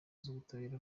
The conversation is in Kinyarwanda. z’ubutabera